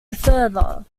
further